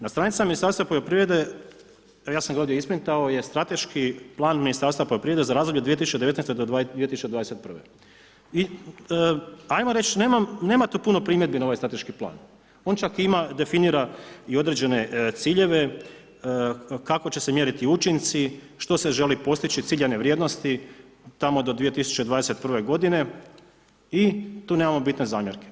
Na stranicama Ministarstva poljoprivrede, ja sam ga ovdje isprintao, jer strateški plan Ministarstva poljoprivrede za razdoblje 2019.-2021. i ajmo reći, nema tu puno primjedbi na ovaj strateški plan, on čak ima definira i određene ciljeve kako će se mjeriti učinci, što se želi postići, ciljane vrijednosti, tamo do 2021. g. i tu nema bitne zamjerke.